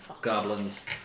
goblins